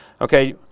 Okay